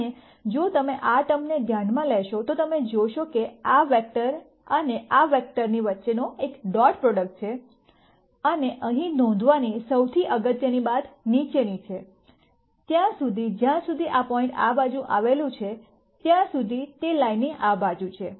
અને જો તમે આ ટર્મને ધ્યાનમાં લેશો તો તમે જોશો કે આ આ વેક્ટર અને આ વેક્ટરની વચ્ચેનો એક ડોટ પ્રોડક્ટ છે અને અહીં નોંધવાની સૌથી અગત્યની બાબત નીચેની છે ત્યાં સુધી જ્યાં સુધી આ પોઇન્ટ આ બાજુ આવેલું છે ત્યાં સુધી તે લાઇનની આ બાજુ છે